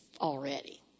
already